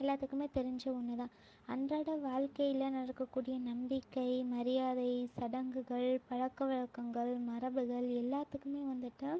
எல்லாத்துக்குமே தெரிஞ்ச ஒன்று தான் அன்றாட வாழ்க்கையில் நடக்கக்கூடிய நம்பிக்கை மரியாதை சடங்குகள் பழக்க வழக்கங்கள் மரபுகள் எல்லாத்துக்குமே வந்துவிட்டு